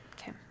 Okay